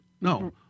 No